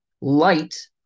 Light